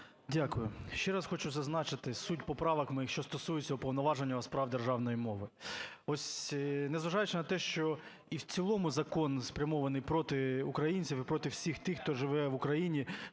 Дякую. Ще раз хочу зазначити суть поправок моїх, що стосується Уповноваженого у справах державної мови. Ось, незважаючи на те, що і в цілому закон спрямований проти українців і проти всіх тих, хто живе в Україні,